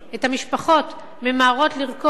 את המשפחות ממהרות לרכוש